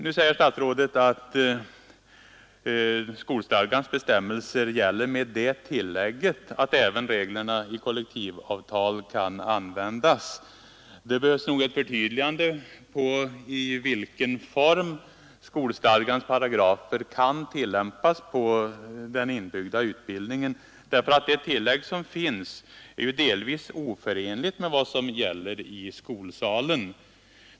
Nu säger statsrådet att skolstadgans bestämmelser gäller med det tillägget att även reglerna i kollektivavtal kan användas. Det behövs nog ett förtydligande av i vilken form skolstadgans paragrafer skall tillämpas på den inbyggda utbildningen. Det tillägg som finns är nämligen delvis oförenligt med vad som gäller i skolsalen.